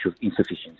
insufficiency